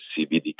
CBD